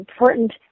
important